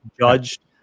judged